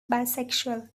bisexual